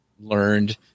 learned